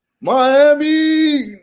Miami